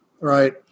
right